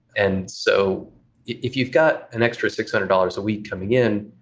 and so if you've got an extra six hundred dollars a week coming in,